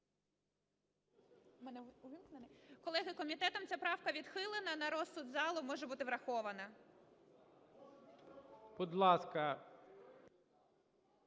Колеги, комітетом ця правка відхилена, на розсуд залу може бути врахована. ГОЛОВУЮЧИЙ.